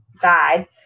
died